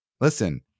Listen